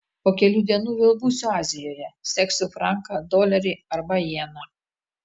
po kelių dienų vėl būsiu azijoje seksiu franką dolerį arba jeną